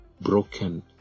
broken